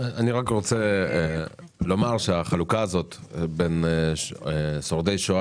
אני רק רוצה לומר משהו לגבי החלוקה בין שורדי שואה